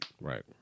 Right